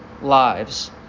lives